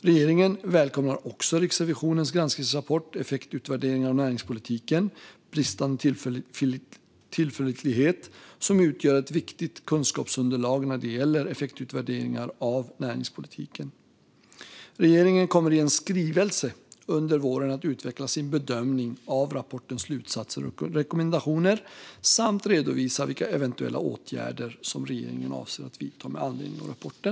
Regeringen välkomnar också Riksrevisionens granskningsrapport Effektutvärderingar av näringspolitiken - bristande tillförlitlighet , som utgör ett viktigt kunskapsunderlag när det gäller effektutvärderingar av näringspolitiken. Regeringen kommer i en skrivelse under våren att utveckla sin bedömning av rapportens slutsatser och rekommendationer samt redovisa vilka eventuella åtgärder som regeringen avser att vidta med anledning av rapporten.